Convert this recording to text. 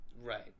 Right